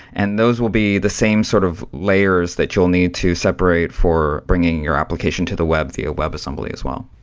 and those will be the same sort of layers that you will need to separate for bringing your application to the web via webassembly as well.